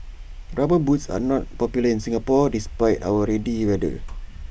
rubber boots are not popular in Singapore despite our rainy weather